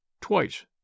Twice